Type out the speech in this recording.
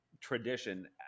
tradition